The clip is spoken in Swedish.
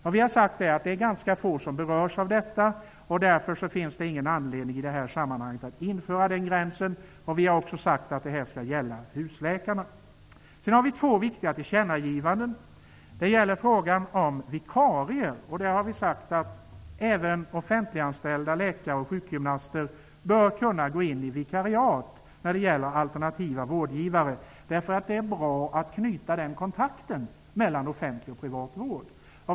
Vi har där sagt att det är ganska få som berörs av detta. Därför finns det ingen anledning att införa den gränsen i det här sammanhanget. Vi har också sagt att det här skall gälla husläkarna. Så gör vi två viktiga tillkännagivande. När det gäller frågan om vikarier har vi sagt att även offentliganställda läkare och sjukgymnaster bör kunna gå in i vikariat när det gäller alternativa vårdgivare. Det är bra att knyta den kontakten mellan offentlig och privat vård.